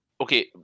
okay